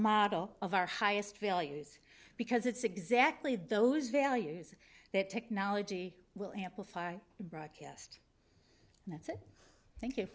model of our highest values because it's exactly those values that technology will amplify broadcast